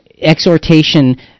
exhortation